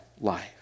life